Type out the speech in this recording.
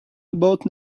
about